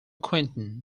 quentin